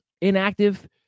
inactive